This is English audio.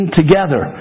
together